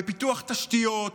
בפיתוח תשתיות?